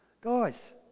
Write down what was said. Guys